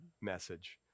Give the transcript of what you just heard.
message